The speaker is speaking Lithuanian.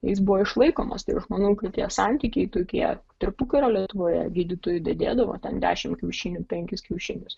jis buvo išlaikomas tų žmonų tai tie santykiai tokie tarpukario lietuvoje gydytojui dadėdavo ten dešimt kiaušinių penkis kiaušinius